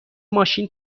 ماشین